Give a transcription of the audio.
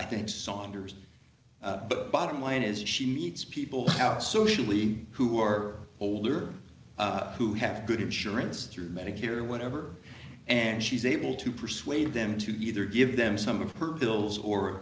i think saunders bottom line is she eats people out socially who are older who have good insurance through medicare or whatever and she's able to persuade them to either give them some of her bills or